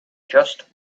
just